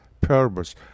purpose